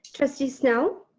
trustee snell.